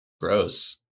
Gross